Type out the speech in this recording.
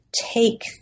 take